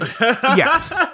yes